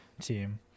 team